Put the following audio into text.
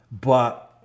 but-